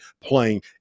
playing